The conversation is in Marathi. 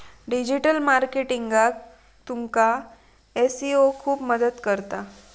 डिजीटल मार्केटिंगाक तुमका एस.ई.ओ खूप मदत करता